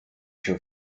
się